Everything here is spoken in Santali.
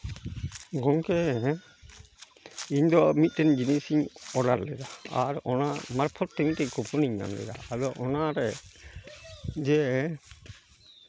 ᱜᱚᱢᱠᱮ ᱤᱧᱫᱚ ᱢᱤᱫᱴᱮᱱ ᱡᱤᱱᱤᱥ ᱤᱧ ᱚᱰᱟᱨ ᱞᱮᱫᱟ ᱟᱨ ᱚᱱᱟ ᱢᱟᱨᱯᱷᱚᱛ ᱛᱮ ᱢᱤᱫᱴᱮᱱ ᱠᱩᱯᱚᱱ ᱤᱧ ᱧᱟᱢ ᱞᱮᱫᱟ ᱟᱫᱚ ᱚᱱᱟᱨᱮ ᱡᱮ